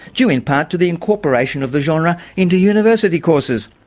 due in part to the incorporation of the genre into university courses.